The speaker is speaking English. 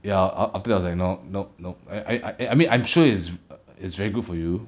ya aft~ after that I was like nope nope nope I I I I mean I'm sure is is very good for you